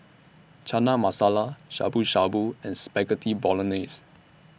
Chana Masala Shabu Shabu and Spaghetti Bolognese